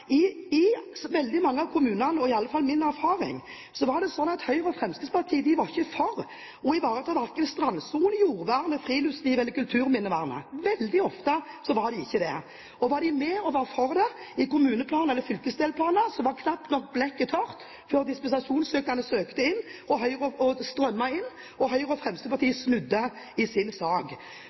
i veldig mange av kommunene – i alle fall etter min erfaring – var slik at Høyre og Fremskrittspartiet ikke var for å ivareta verken strandsonen, jordvernet, friluftslivet eller kulturminnevernet. Veldig ofte var de ikke det. Var de med og var for det i kommuneplaner eller fylkesdelplaner, var blekket knapt nok tørt før dispensasjonssøknadene strømmet inn, og Høyre og Fremskrittspartiet snudde i sin sak. Så når en i Høyre og Fremskrittspartiet